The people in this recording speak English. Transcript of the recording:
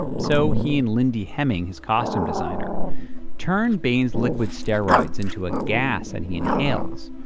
so he and lindy hemming his costume designer turned bane's liquid steroids into a gas and he inhales.